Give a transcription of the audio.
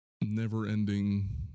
never-ending